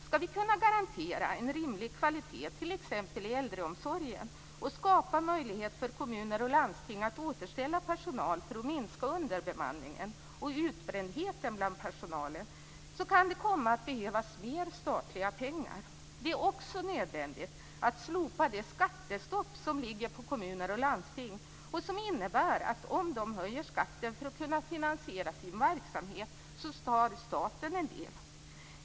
Skall vi kunna garantera en rimlig kvalitet t.ex. i äldreomsorgen och skapa möjlighet för kommuner och landsting att återställa personal för att minska underbemanningen och utbrändheten bland personalen kan det komma att behövas mer statliga pengar. Det är också nödvändigt att slopa det skattestopp som ligger på kommuner och landsting. Det innebär att staten tar en del om kommuner och landsting höjer skatten för att kunna finansiera sina verksamheter.